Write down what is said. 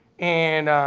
and